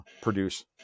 produce